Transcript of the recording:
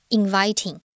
inviting